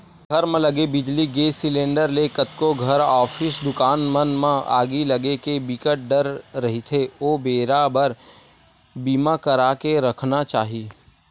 घर म लगे बिजली, गेस सिलेंडर ले कतको घर, ऑफिस, दुकान मन म आगी लगे के बिकट डर रहिथे ओ बेरा बर बीमा करा के रखना चाही